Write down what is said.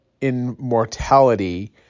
immortality